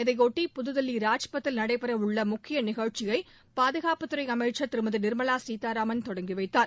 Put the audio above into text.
இதையொட்டி புதுதில்லி ராஜ்பத்தில் நடைபெறவுள்ள முக்கிய நிகழ்ச்சியை பாதுகாப்பு அமைச்சர் திருமதி நிர்மலா சீதாராமன் தொடங்கி வைத்தனர்